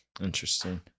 Interesting